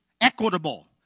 equitable